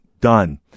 done